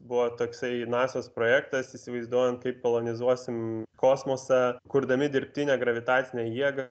buvo toksai nasios projektas įsivaizduojant kaip kolonizuosim kosmosą kurdami dirbtinę gravitacinę jėgą